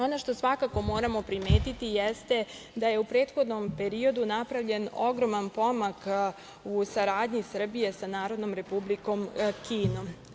Ono što svakako moramo primetiti jeste da je u prethodnom periodu napravljen ogroman pomak u saradnji Srbije sa Narodnom Republikom Kinom.